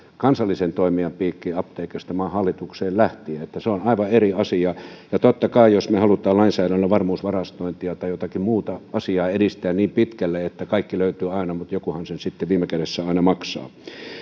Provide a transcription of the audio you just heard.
kansallisen toimijan piikkiin apteekeista ja maan hallitukseen lähtien se on aivan eri asia ja totta kai jos me haluamme lainsäädännöllä varmuusvarastointia tai jotakin muuta asiaa edistää niin pitkälle että kaikki löytyvät aina niin jokuhan sen sitten viime kädessä aina maksaa